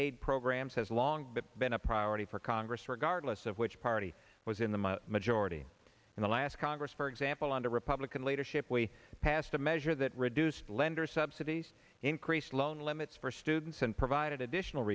aid programs has long been a priority for congress regardless of which party was in the majority in the last congress for example under republican leadership we passed a measure that reduced lender subsidies increased loan limits for students and provided additional